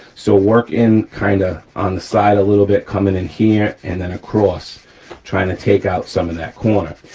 so work in kind of on the side a little bit coming in here and then across trying to take out some of that corner.